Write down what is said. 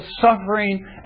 suffering